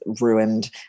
ruined